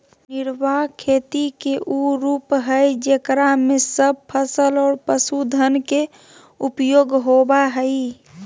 निर्वाह खेती के उ रूप हइ जेकरा में सब फसल और पशुधन के उपयोग होबा हइ